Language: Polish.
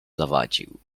zawadził